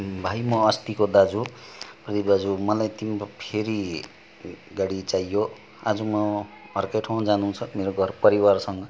भाइ म अस्तिको दाजु अनि दाजु अनि मलाई तिम्रो फेरि गाडी चाहियो आज म अर्कै ठाउँ जानु छ मेरो घर परिवारसँग